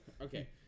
Okay